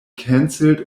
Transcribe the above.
cancelled